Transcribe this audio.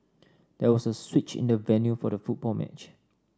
there was a switch in the venue for the football match